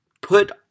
put